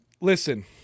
Listen